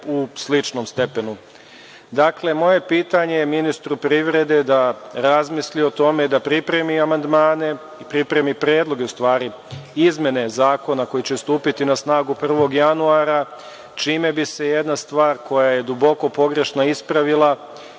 u sličnom stepenu. Dakle, moje pitanje ministru privrede je da razmisli o tome, da pripremi amandmane, pripremi predloge u stvari, izmene zakona koji će stupiti na snagu 1. januara, čime bi se jedna stvar koja je duboko pogrešna, ispravila.